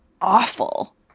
awful